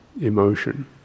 emotion